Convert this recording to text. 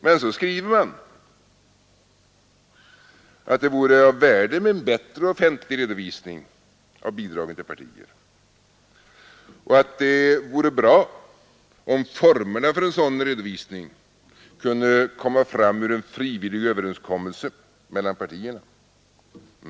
Därefter skriver man att det vore av värde med en bättre offentlig redovisning av bidragen till partierna och att det vore bra om formerna för en sådan redovisning kunde komma fram ur en frivillig överenskommelse mellan partierna.